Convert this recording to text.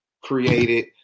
created